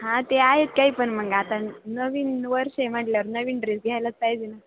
हां ते आहेच काही पण मग आता नवीन वर्ष आहे म्हटल्यावर नवीन ड्रेस घ्यायलाच पाहिजे ना